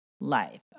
life